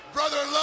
Brother